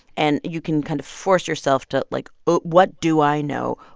and you can kind of force yourself to, like what do i know?